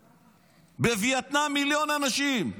בווייטנאם, מיליון אנשים.